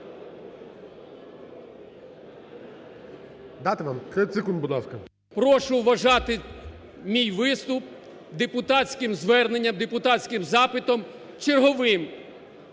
Дати вам? 30 секунд, будь ласка. ЛИТВИН В.М. Прошу вважати мій виступ депутатським зверненням, депутатським запитом, черговим,